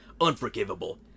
Unforgivable